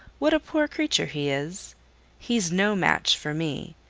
what a poor creature he is he's no match for me,